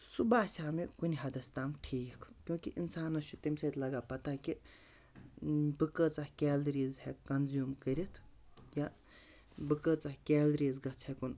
سُہ باسیٛو مےٚ کُنہِ حدَس تام ٹھیٖک کیونکہ اِنسانَس چھِ تَمہِ سۭتۍ لَگان پَتہ کہِ بہٕ کۭژاہ کیلریٖز ہٮ۪کہٕ کَنزیوٗم کٔرِتھ یا بہٕ کۭژاہ کیلریٖز گژھٕ ہٮ۪کُن